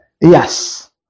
Yes